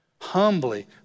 Humbly